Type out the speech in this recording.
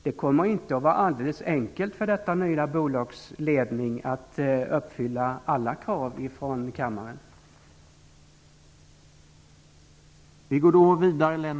Det kommer inte att vara alldeles enkelt för detta nya bolags ledning att uppfylla alla krav från kammaren.